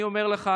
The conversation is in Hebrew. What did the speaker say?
אני אומר לך,